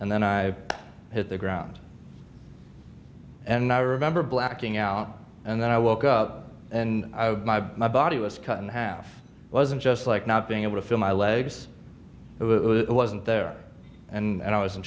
and then i hit the ground and i remember blacking out and then i woke up and my body was cut in half wasn't just like not being able to feel my legs it wasn't there and i was in